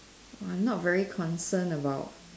!wah! I not very concerned about